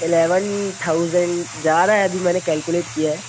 eleven thousand जा रहा अभी मैंने कैलकुलेट किया है